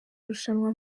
irushanwa